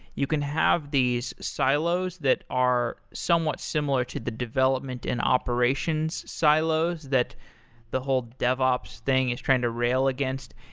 you can have these silos that are somewhat similar to the development in and operations silos that the whole devops thing is trying to rail against.